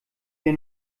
wir